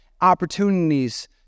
opportunities